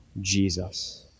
Jesus